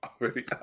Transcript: Already